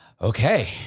Okay